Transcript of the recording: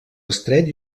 estret